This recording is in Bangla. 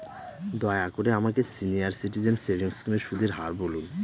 দয়া করে আমাকে সিনিয়র সিটিজেন সেভিংস স্কিমের সুদের হার বলুন